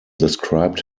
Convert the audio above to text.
described